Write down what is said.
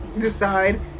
decide